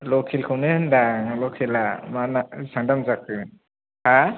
लकेलखौनो होनदों आं लकेला मा बेसेबां दाम जाखो हा